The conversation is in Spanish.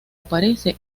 aparece